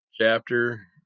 chapter